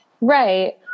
Right